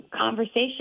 conversation